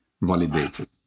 validated